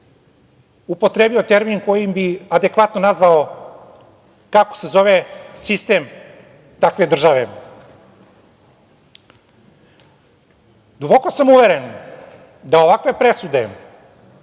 upotrebio termin kojim bih adekvatno nazvao kako se zove sistem takve države. Duboko sam uveren da ovakve presude,